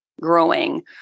growing